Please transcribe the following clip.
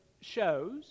shows